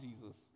Jesus